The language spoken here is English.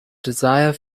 desire